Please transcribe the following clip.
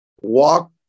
walk